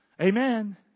Amen